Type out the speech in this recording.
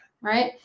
Right